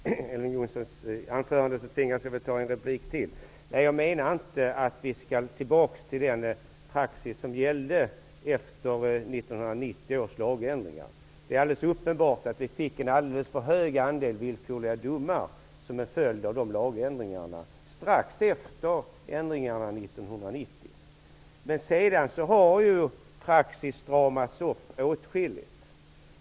Fru talman! Efter Elver Jonssons anförande tvingas jag begära en replik till. Jag menar inte att vi skall tillbaka till den praxis som gällde efter 1990 års lagändringar. Det är alldeles uppenbart att vi fick en alldeles för hög andel villkorliga domar strax efter lagändringarna Men sedan har praxis stramats upp åtskilligt.